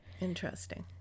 Interesting